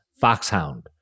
Foxhound